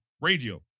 radio